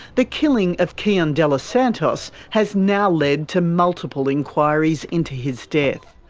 the killing of kian delos santos has now led to multiple inquiries into his death.